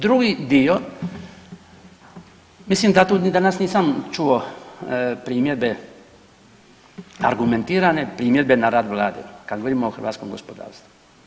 Drugi dio mislim da tu danas nisam čuo primjedbe argumentirane primjedbe na rad Vlade kada govorimo o hrvatskom gospodarstvu.